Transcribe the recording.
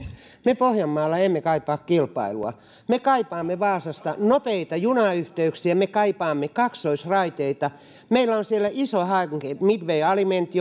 me pohjanmaalla emme kaipaa kilpailua me kaipaamme vaasasta nopeita junayhteyksiä me kaipaamme kaksoisraiteita meillä on siellä iso hanke midway alignment